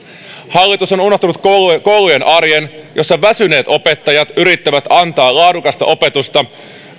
hallitus on unohtanut koulujen koulujen arjen jossa väsyneet opettajat yrittävät antaa laadukasta opetusta